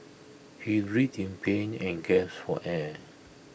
he writhed pain and gasped for air